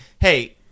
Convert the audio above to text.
Hey